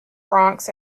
bronx